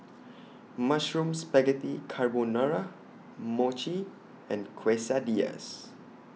Mushroom Spaghetti Carbonara Mochi and Quesadillas